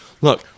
Look